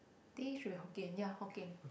teh should be Hokkien ya Hokkien